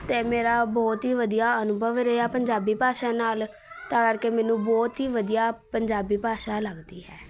ਅਤੇ ਮੇਰਾ ਬਹੁਤ ਹੀ ਵਧੀਆ ਅਨੁਭਵ ਰਿਹਾ ਪੰਜਾਬੀ ਭਾਸ਼ਾ ਨਾਲ਼ ਤਾਂ ਕਰਕੇ ਮੈਨੂੰ ਬਹੁਤ ਹੀ ਵਧੀਆ ਪੰਜਾਬੀ ਭਾਸ਼ਾ ਲੱਗਦੀ ਹੈ